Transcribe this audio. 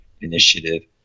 initiative